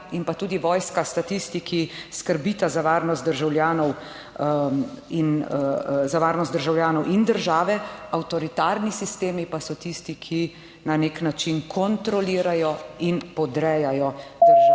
in pa tudi vojska sta tisti, ki skrbita za varnost državljanov in države. Avtoritarni sistemi pa so tisti, ki na nek način kontrolirajo in podrejajo državljane.